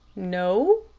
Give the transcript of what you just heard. no,